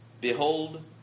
Behold